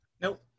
Nope